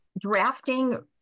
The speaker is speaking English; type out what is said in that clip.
Drafting